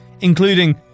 including